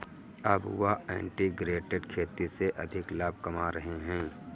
अब वह इंटीग्रेटेड खेती से अधिक लाभ कमा रहे हैं